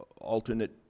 alternate